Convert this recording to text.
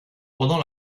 pendant